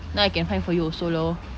if not I can find for you also lor